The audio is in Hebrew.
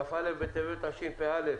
כ"א בטבת התשפ"א.